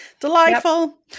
Delightful